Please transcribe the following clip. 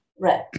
right